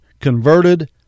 converted